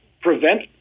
prevent